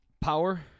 Power